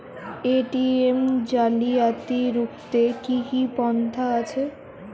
ATM জালিয়াতি রুখতে কি কি পন্থা আছে?